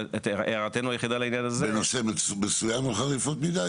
והערתו היחידה לעניין הזה --- בנושא מסוים הן חריפות מידי,